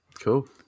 Cool